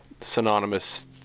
synonymous